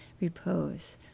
repose